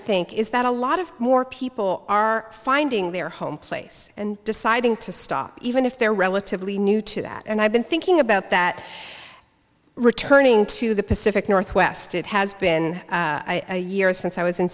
think is that a lot of more people are finding their home place and deciding to stop even if they're relatively new to that and i've been thinking about that returning to the pacific northwest it has been a year since i was in